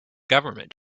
government